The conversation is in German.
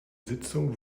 sitzung